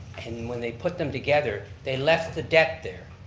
and when they put them together, they left the debt there.